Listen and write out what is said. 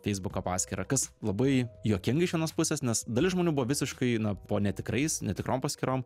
feisbuko paskyrą kas labai juokinga iš vienos pusės nes dalis žmonių buvo visiškai na po netikrais netikrom paskyrom